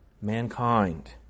mankind